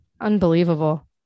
Unbelievable